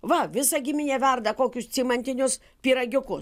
va visa giminė verda kokius cimantinius pyragiukus